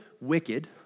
wicked